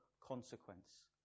consequence